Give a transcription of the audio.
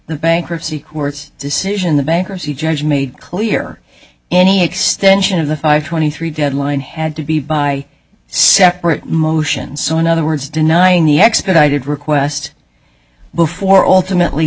the bankruptcy courts decision the bankruptcy judge made clear any extension of the five twenty three deadline had to be by separate motions so in other words denying the expedited request before alternately